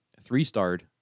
three-starred